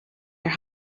your